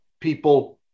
people